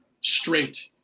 straight